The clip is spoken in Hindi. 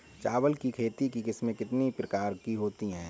चावल की खेती की किस्में कितने प्रकार की होती हैं?